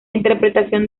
interpretación